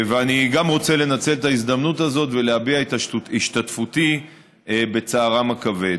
ואני גם רוצה לנצל את ההזדמנות הזאת ולהביע את השתתפותי בצערם הכבד.